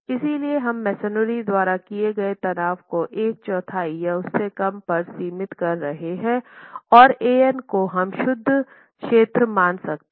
इसलिए हम मेसनरी द्वारा किए गए तनाव को एक चौथाई या उससे कम पर सीमित कर रहे हैं और An को हम शुद्ध क्षेत्र मान सकते है